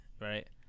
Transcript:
right